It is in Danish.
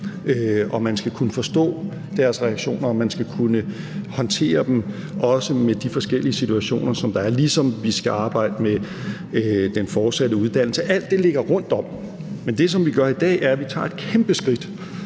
Man skal kunne forstå deres reaktion, og man skal kunne håndtere dem, også selv om situationerne kan være forskellige, ligesom vi skal arbejde med den fortsatte uddannelse. Alt det ligger rundt om, men det, som vi gør i dag, er, at vi tager et kæmpe skridt